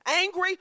angry